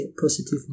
positive